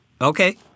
Okay